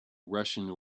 russian